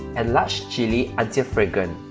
and large chili until fragrant